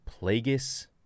Plagueis